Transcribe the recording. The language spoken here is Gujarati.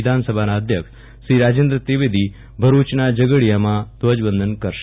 વિધાનસભાના અધ્યક્ષ શ્રી રાજેન્દ્ર ત્રિવેદી ભરૂચના ઝઘડીયામાં ધ્વજવંદન કરશે